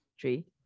three